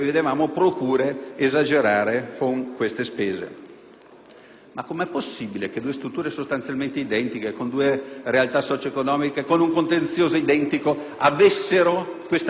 Com'è possibile che due strutture sostanzialmente identiche, con due realtà socioeconomiche e con un contenzioso identici, avessero questa disparità d'investimento, anzi di spese, per la giustizia?